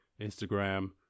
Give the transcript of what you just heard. instagram